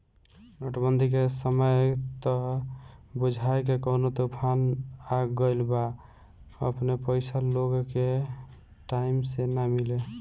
note बंदी के समय त बुझाए की कवनो तूफान आ गईल बा अपने पईसा लोग के टाइम से ना मिले